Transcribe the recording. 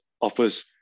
offers